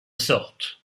sorte